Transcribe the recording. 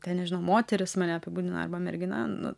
ten nežinau moteris mane apibūdina arba mergina nu